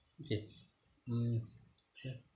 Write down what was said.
ok mm sure